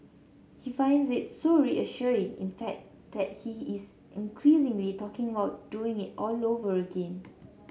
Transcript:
he finds it so reassuring in fact that he is increasingly talking about doing it all over again